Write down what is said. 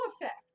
effect